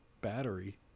battery